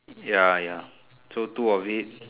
ya ya so two of it